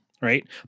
right